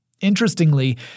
Interestingly